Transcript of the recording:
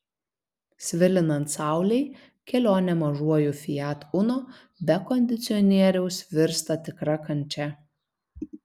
svilinant saulei kelionė mažuoju fiat uno be kondicionieriaus virsta tikra kančia